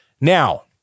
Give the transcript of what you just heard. Now